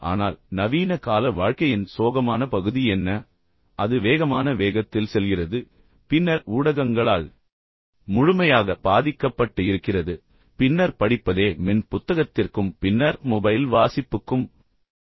ஆனால் நவீன கால வாழ்க்கையின் சோகமான பகுதி என்ன அது வேகமான வேகத்தில் செல்கிறது பின்னர் ஊடகங்களால் முழுமையாக பாதிக்கப்பட்டு இருக்கிறது பின்னர் படிப்பதே மின் புத்தகத்திற்கும் பின்னர் மொபைல் வாசிப்புக்கும் வந்துள்ளது